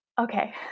Okay